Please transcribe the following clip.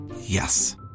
Yes